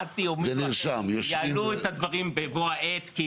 מטי או מישהו אחר יעלו את הדברים בבוא העת.